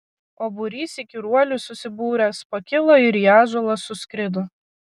o būrys įkyruolių susibūręs pakilo ir į ąžuolą suskrido